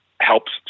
helps